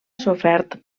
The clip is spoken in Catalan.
sofert